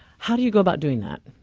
how do you go about doing that?